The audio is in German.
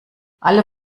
alle